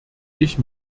ich